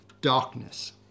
darkness